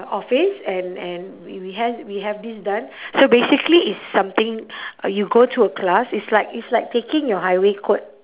office and and we we has we have this done so basically it's something you go to a class it's like it's like taking your highway code